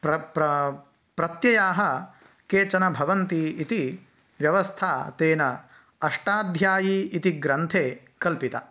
प्र प्र प्रत्ययाः केचन भवन्ति इति व्यवस्था तेन अष्टाध्यायी इति ग्रन्थे कल्पिता